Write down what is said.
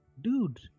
dude